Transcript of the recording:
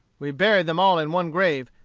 we buried them all in one grave,